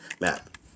Map